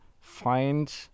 find